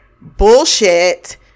bullshit